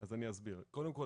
אז אני אסביר: קודם כל,